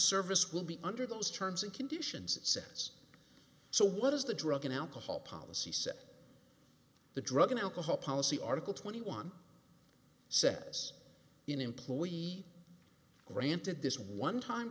service will be under those terms and conditions it says so what is the drug and alcohol policy said the drug and alcohol policy article twenty one says in employee granted this one time